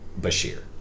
Bashir